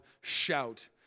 shout